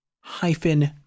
hyphen